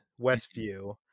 Westview